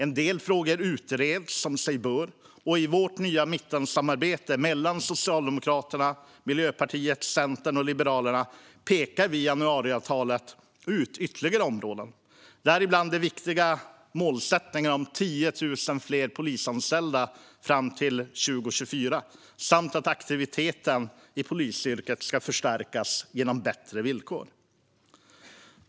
En del frågor utreds som sig bör, och i vårt nya mittensamarbete mellan Socialdemokraterna, Miljöpartiet, Centern och Liberalerna pekar vi i januariavtalet ut ytterligare områden, däribland den viktiga målsättningen om 10 000 fler polisanställda till 2024 samt att attraktiviteten i polisyrket ska förstärkas genom bättre villkor.